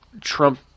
Trump